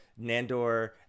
Nandor